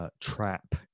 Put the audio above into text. Trap